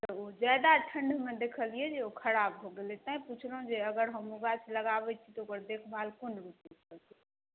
तऽ ओ जादा ठण्ढमे देखलियै जे ओ खराब भऽ गेलै तैँ पुछलहुँ जे अगर हम ओ गाछ लगाबैत छी तऽ ओकर देखभाल कोन रूपमे करबै